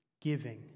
giving